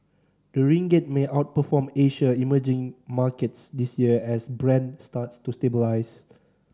the ringgit may outperform Asia emerging markets this year as Brent starts to stabilise